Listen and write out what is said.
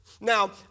Now